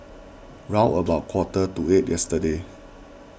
round about quarter to eight yesterday